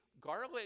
garlic